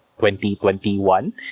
2021